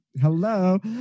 Hello